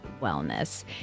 wellness